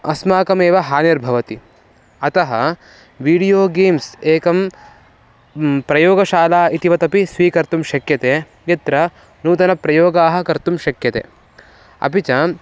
अस्माकमेव हानिर्भवति अतः वीडियो गेम्स् एकं प्रयोगशाला इतिवत् अपि स्वीकर्तुं शक्यते यत्र नूतनप्रयोगाः कर्तुं शक्यते अपि च